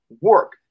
work